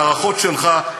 להערכות שלך.